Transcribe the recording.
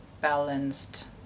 balanced